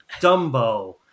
Dumbo